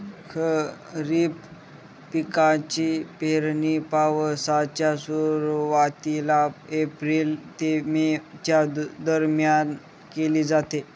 खरीप पिकांची पेरणी पावसाच्या सुरुवातीला एप्रिल ते मे च्या दरम्यान केली जाते